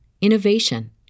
innovation